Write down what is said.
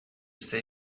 say